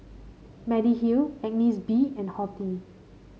Mediheal Agnes B and Horti